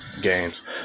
Games